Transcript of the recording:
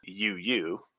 UU